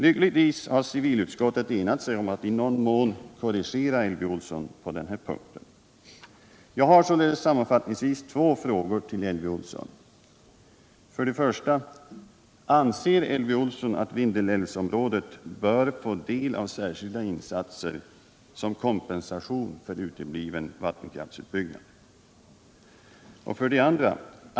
Lyckligtvis har civilutskottet enat sig om att i någon mån korrigera Elvy Olsson på den punkten. Jag har sammanfattningsvis två frågor till Elvy Olsson: 1. Anser Elvy Olsson att Vindelälvsområdet bör få del av särskilda insatser som kompensation för utebliven vattenkraftsutbyggnad? 2.